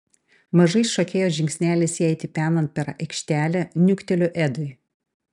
mažais šokėjos žingsneliais jai tipenant per aikštelę niukteliu edui